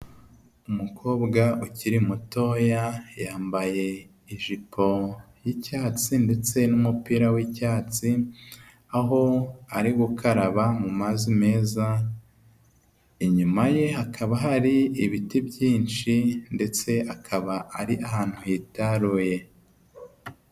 Umukobwa ukiri mutoya yambaye ijipo y'icyatsi ndetse n'umupira w'icyatsi aho ari gukaraba mu mazi meza, inyuma ye hakaba hari ibiti byinshi ndetse akaba ari ahantu hitaruye.